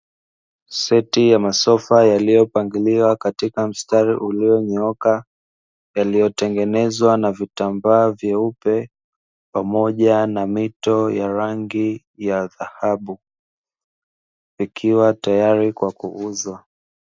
Seti ya masofa yaliyopangiliwa katika mstari ulionyooka, yaliyotengenezwa na vitambaa vyeupe pamoja na mito ya rangi ya dhahabu, ikiwa tayari kwa kuuzwa.